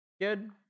Good